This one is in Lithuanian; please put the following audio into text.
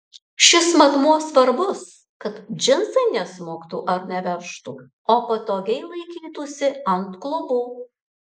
šis matmuo svarbus kad džinsai nesmuktų ar neveržtų o patogiai laikytųsi ant klubų